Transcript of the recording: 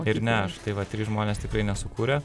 ir ne aš tai va trys žmonės tikrai nesukūrė